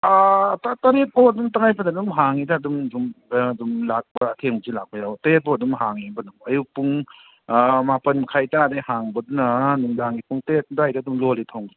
ꯑꯥ ꯇꯔꯦꯠ ꯐꯥꯎ ꯑꯗꯨꯝ ꯇꯉꯥꯏ ꯐꯗꯅ ꯑꯗꯨꯝ ꯍꯥꯡꯉꯤꯗ ꯑꯗꯨꯝ ꯁꯨꯝ ꯑꯥ ꯑꯗꯨꯝ ꯂꯥꯛꯄ ꯑꯊꯦꯡꯕꯁꯨ ꯂꯥꯛꯄ ꯌꯥꯎꯏ ꯇꯔꯦꯠ ꯐꯥꯎ ꯑꯗꯨꯝ ꯍꯥꯡꯏꯕ ꯑꯗꯨꯝ ꯑꯌꯨꯛ ꯄꯨꯡ ꯃꯥꯄꯟ ꯃꯈꯥꯏ ꯇꯔꯥꯗꯒꯤ ꯍꯥꯡꯕꯗꯨꯅ ꯅꯨꯡꯗꯥꯡꯒꯤ ꯄꯨꯡ ꯇꯔꯦꯠ ꯑꯗꯥꯏꯗ ꯑꯗꯨꯝ ꯂꯣꯜꯂꯤ ꯊꯣꯡ